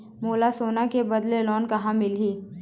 मोला सोना के बदले लोन कहां मिलही?